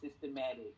systematic